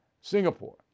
Singapore